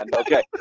Okay